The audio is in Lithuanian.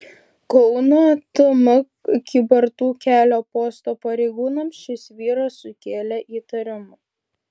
kauno tm kybartų kelio posto pareigūnams šis vyras sukėlė įtarimų